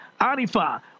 Arifa